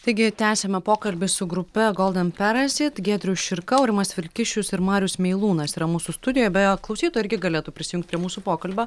taigi tęsiame pokalbį su grupe golden perazit giedrius širka aurimas vilkišius ir marius meilūnas yra mūsų studijoj beje klausytojai irgi galėtų prisijungt prie mūsų pokalbio